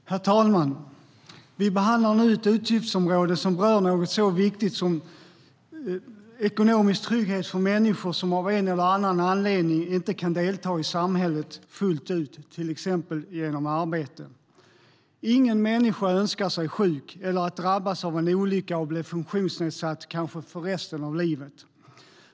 Herr talman! Vi behandlar nu ett utgiftsområde som berör något så viktigt som ekonomisk trygghet för människor som av en eller annan anledning inte kan delta i samhället fullt ut, till exempel genom arbete. Ingen människa önskar sig att bli sjuk eller att drabbas av en olycka och bli funktionsnedsatt, kanske för resten av livet.